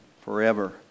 forever